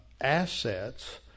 assets